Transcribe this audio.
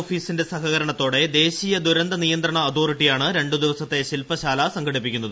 ഓഫീസിന്റെ സഹകരണത്തോടെ ദേശീയ ദുരന്ത നിയന്ത്രണ് അതോറിറ്റിയാണ് രണ്ടു ദിവസത്തെ ശില്പശാല സംഘടിപ്പിക്കുന്നത്